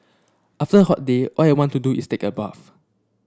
after a hot day all I want to do is take a bath